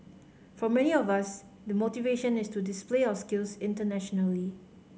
for many of us the motivation is to display our skills internationally